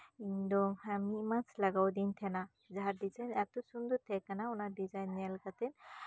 ᱤᱧ ᱫᱚ ᱢᱤᱫ ᱢᱟᱥ ᱞᱟᱜᱟᱣᱟᱫᱤᱧ ᱛᱟᱦᱮᱱᱟ ᱡᱟᱦᱟᱸ ᱰᱤᱡᱟᱭᱤᱱ ᱮᱛᱚ ᱥᱩᱱᱫᱚᱨ ᱛᱟᱦᱮᱸᱠᱟᱱᱟ ᱚᱱᱟ ᱰᱤᱡᱟᱭᱤᱱ ᱧᱮᱞ ᱠᱟᱛᱮ